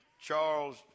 Charles